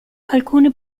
alcune